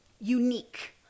unique